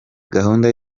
gahunda